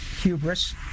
hubris